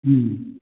ꯎꯝ